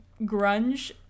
grunge